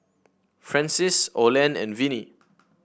Francis Olen and Vinnie